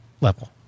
level